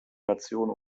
nation